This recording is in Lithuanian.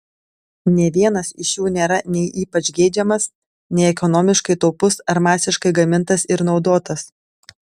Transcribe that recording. nė vienas iš jų nėra nei ypač geidžiamas nei ekonomiškai taupus ar masiškai gamintas ir naudotas